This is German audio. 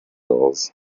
aus